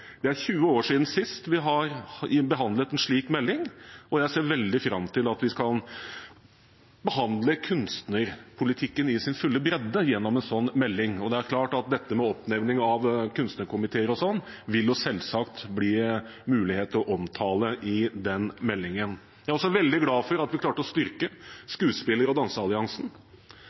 Det er 20 år siden sist vi behandlet en slik melding, og jeg ser veldig fram til at vi kan behandle kunstnerpolitikken i sin fulle bredde gjennom en slik melding. Oppnevning av kunstnerkomiteer osv. vil det selvsagt bli mulighet til å omtale i den meldingen. Jeg er også veldig glad for at vi klarte å styrke Skuespiller- og